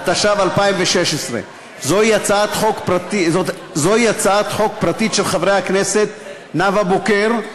התשע"ו 2016. זוהי הצעת חוק פרטית של חברי הכנסת נאוה בוקר,